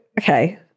okay